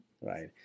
Right